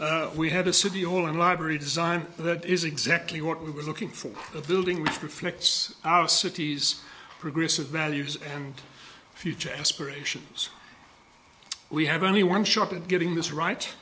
process we had a city hall and library design that is exactly what we were looking for a building that reflects our city's progressive values and future aspirations we have only one shot at getting this right